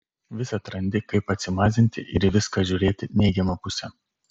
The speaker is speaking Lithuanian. visad randi kaip atsimazinti ir į viską žiūrėti neigiama puse